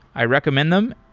i recommend them,